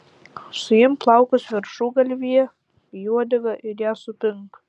suimk plaukus viršugalvyje į uodegą ir ją supink